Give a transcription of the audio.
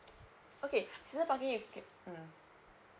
okay seasoned parking you can mm